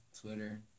Twitter